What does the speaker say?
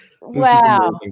Wow